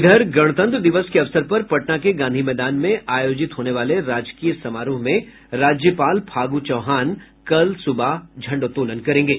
इधर गणतंत्र दिवस के अवसर पर पटना के गांधी मैदान में आयोजित होने वाले राजकीय समारोह में राज्यपाल फागू चौहान कल सुबह झण्डोत्तोलन करेंगे